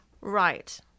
Right